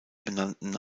benannten